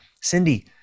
Cindy